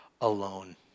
alone